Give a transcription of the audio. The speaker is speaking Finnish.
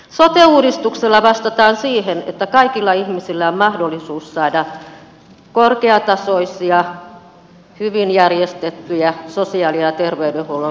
sote uudistuksella vastataan siihen että kaikilla ihmisillä on mahdollisuus saada korkeatasoisia hyvin järjestettyjä sosiaali ja terveydenhuollon palveluita